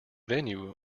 venue